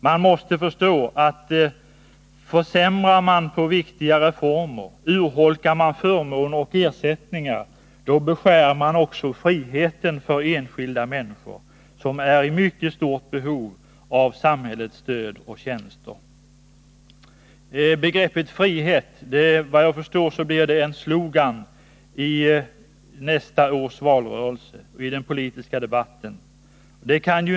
Man måste förstå att försämrar man viktiga reformer, urholkar man förmåner och ersättningar, då beskär man också friheten för enskilda människor, som är i mycket stort behov av samhällets stöd och tjänster. Såvitt jag förstår blir begreppet frihet en slogan i nästa års valrörelse och i den politiska debatten.